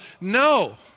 No